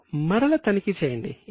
ఇప్పుడు మరల తనిఖీ చేయండి